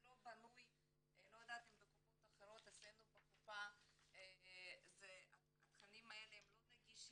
אני לא יודעת לגבי קופות אחרות אבל אצלנו בקופה התכנים האלה לא נגישים,